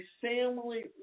family